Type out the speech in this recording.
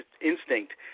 instinct